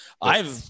I've-